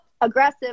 aggressive